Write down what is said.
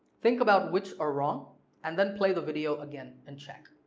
think about which are wrong and then play the video again and check.